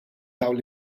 dawn